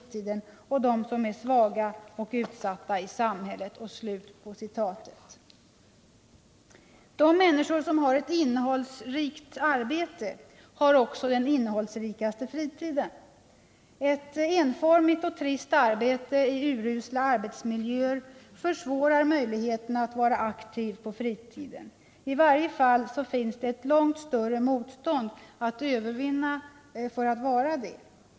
Samtidigt är dock klyftan fortfarande stor mellan dem som fullt ut kan tillgodogöra sig fritiden och dem som är svaga och utsatta i samhället.” De människor som har ett innehållsrikt arbete har också den innehållsrikaste fritiden. Ett enformigt och trist arbete i urusla arbetsmiljöer minskar möjligheterna att vara aktiv på fritiden — i varje fall finns ett långt större motstånd att övervinna för att vara det.